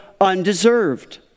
undeserved